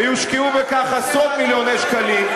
ויושקעו בכך עשרות-מיליוני שקלים.